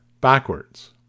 backwards